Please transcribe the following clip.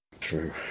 true